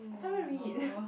I can't even read